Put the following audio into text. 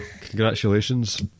Congratulations